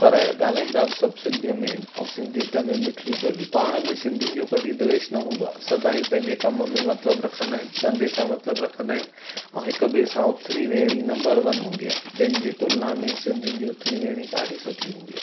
पर ॻाल्हाईंदा बि सभु सिंधीअ में आहिनि ऐं सिंधियत में मिठड़ी ॿोली पाण में सिंधियुनि जो कॾहिं द्वेष न हूंदो आहे सदाईं पंहिंजे कम में मतिलबु रखंदा आहिनि धंधे सां मतिलबु रखंदा आहिनि ऐं हिक ॿिए सां उथणी वेहणी नंबर वन हूंदी आहे ॿियनि जी तुलना में सिंधियुनि जी उथणी वेहणी ॾाढी सुठी हूंदी आहे